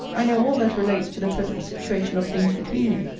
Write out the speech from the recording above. i know all that relates to the present situation of things between you.